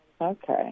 Okay